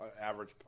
average